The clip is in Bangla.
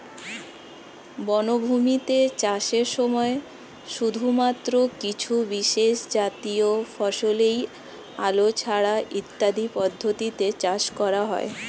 বনভূমিতে চাষের সময় শুধুমাত্র কিছু বিশেষজাতীয় ফসলই আলো ছায়া ইত্যাদি পদ্ধতিতে চাষ করা হয়